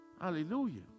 Hallelujah